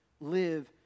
live